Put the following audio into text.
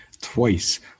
twice